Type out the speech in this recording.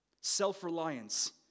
Self-reliance